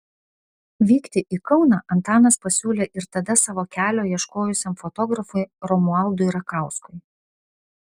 vykti į kauną antanas pasiūlė ir tada savo kelio ieškojusiam fotografui romualdui rakauskui